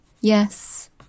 Yes